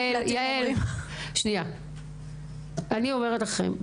--- אני אומרת לכם,